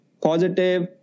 positive